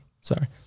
sorry